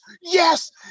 Yes